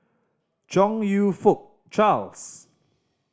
Chong You Fook Charles